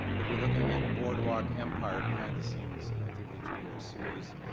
we'll be looking at boardwalk empire, behind the scenes of the hbo series.